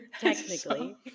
technically